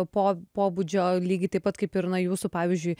po pobūdžio lygiai taip pat kaip ir na jūsų pavyzdžiui